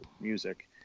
music